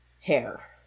hair